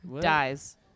dies